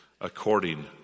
according